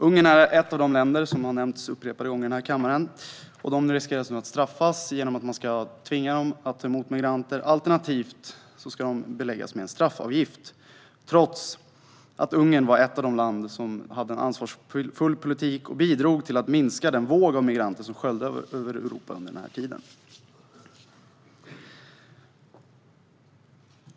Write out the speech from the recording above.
Ungern, som har nämnts upprepade gånger här i kammaren, är ett av de länder som löper risk att straffas. Man ska tvinga landet att ta emot migranter; alternativt ska det beläggas med en straffavgift. Detta trots att Ungern var ett av de länder som med en ansvarsfull politik bidrog till att minska den våg av migranter som sköljde över Europa under den här tiden.